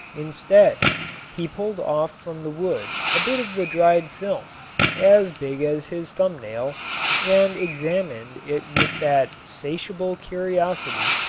instead he pulled off from the wood a bit of the dried film as big as his thumb nail and examined it with that satiable curtiosity,